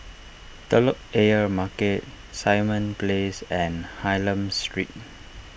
Telok Ayer Market Simon Place and Hylam Street